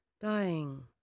dying